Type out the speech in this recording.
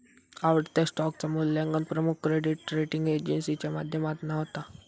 आवडत्या स्टॉकचा मुल्यांकन प्रमुख क्रेडीट रेटींग एजेंसीच्या माध्यमातना होता